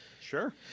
Sure